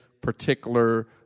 particular